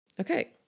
Okay